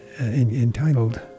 entitled